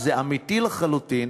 זה אמיתי לחלוטין.